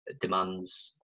demands